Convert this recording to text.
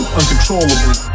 uncontrollably